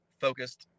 focused